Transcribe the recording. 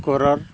scorer